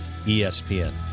ESPN